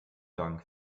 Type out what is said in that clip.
dank